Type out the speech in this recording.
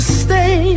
stay